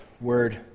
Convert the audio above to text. word